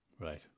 Right